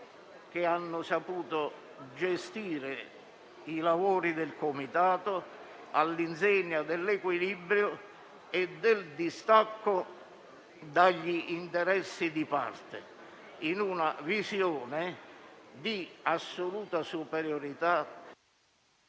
e hanno saputo gestire i lavori del Comitato all'insegna dell'equilibrio e del distacco dagli interessi di parte, in una visione di assoluta superiorità